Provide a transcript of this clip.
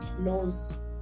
knows